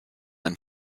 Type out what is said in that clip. and